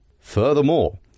Furthermore